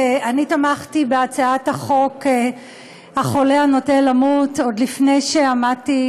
תמכתי בהצעת החוק החולה הנוטה למות עוד לפני שעמדתי